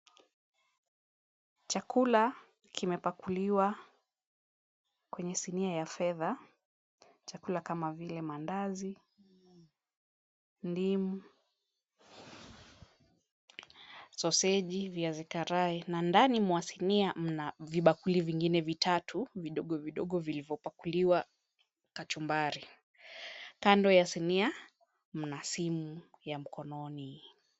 Chakula kimepakuliwa kwenye sinia ya fedha. Chakula kama vile mandazi, ndimu, soseji, viazi karai na ndani mwa sinia mna vibakuli vingine vitatu vidogo vidogo vilivyopakuliwa kachumbari. Kando ya sinia mna simu ya mkononi.